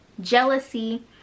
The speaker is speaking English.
jealousy